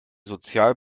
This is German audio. sozial